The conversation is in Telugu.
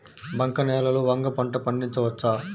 బంక నేలలో వంగ పంట పండించవచ్చా?